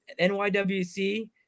nywc